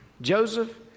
Joseph